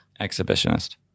Exhibitionist